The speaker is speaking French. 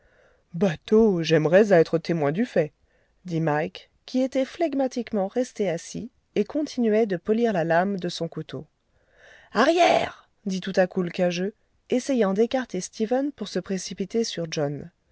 bateau j'aimerais à être témoin du fait dit mike qui était flegmatiquement resté assis et continuait de polir la lame de son couteau arrière dit tout à coup l'cageux essayant d'écarter stephen pour se précipiter sur john